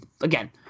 again